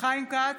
חיים כץ,